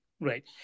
Right